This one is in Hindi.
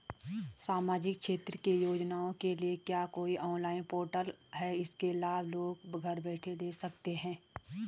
सामाजिक क्षेत्र की योजनाओं के लिए क्या कोई ऑनलाइन पोर्टल है इसका लाभ लोग घर बैठे ले सकते हैं?